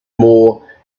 more